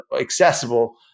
accessible